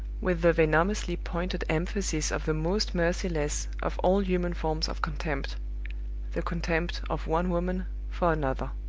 with the venomously pointed emphasis of the most merciless of all human forms of contempt the contempt of one woman for another.